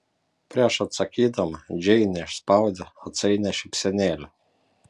prieš atsakydama džeinė išspaudė atsainią šypsenėlę